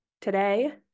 today